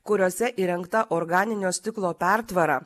kuriose įrengta organinio stiklo pertvara